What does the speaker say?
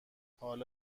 حالا